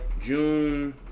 June